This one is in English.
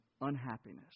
unhappiness